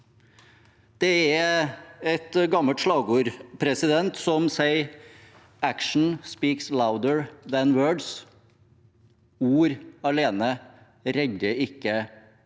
Det er et gammelt slagord som sier «action speaks louder than words». Ord alene redder ikke jorden